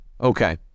Okay